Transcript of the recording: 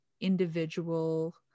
individual